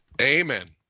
Amen